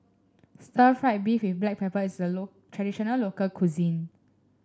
Stir Fried Beef with Black Pepper is a traditional local cuisine